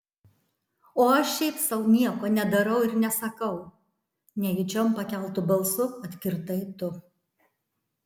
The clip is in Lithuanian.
o aš šiaip sau nieko nedarau ir nesakau nejučiom pakeltu balsu atkirtai tu